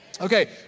Okay